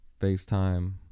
FaceTime